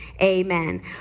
amen